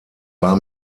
war